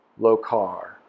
Locar